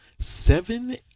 Seven